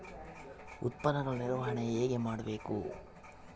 ಉತ್ಪನ್ನಗಳ ನಿರ್ವಹಣೆ ಹೇಗೆ ಮಾಡಬೇಕು?